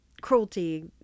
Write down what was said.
cruelty